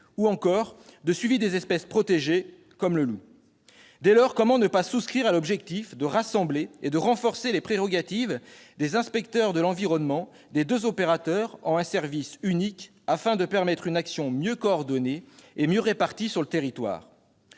ou encore de suivi des espèces protégées comme le loup. Dès lors, comment ne pas souscrire à l'objectif de rassembler et de renforcer les prérogatives des inspecteurs de l'environnement des deux opérateurs en un service unique, afin de permettre une action mieux coordonnée et mieux répartie sur le territoire